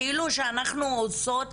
כאילו שאנחנו עושות